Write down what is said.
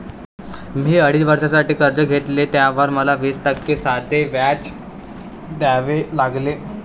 मी अडीच वर्षांसाठी कर्ज घेतले, त्यावर मला वीस टक्के साधे व्याज द्यावे लागले